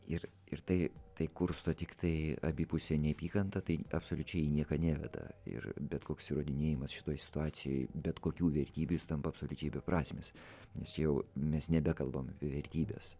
ir ir tai tai kursto tiktai abipusę neapykantą tai absoliučiai į nieką neveda ir bet koks įrodinėjimas šitoj situacijoj bet kokių vertybių jis tampa absoliučiai beprasmis nes čia jau mes nebekalbam apie vertybes